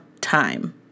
time